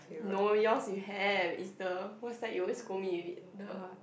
no yours you have is the what's that you always scold me with the